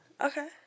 Okay